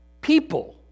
people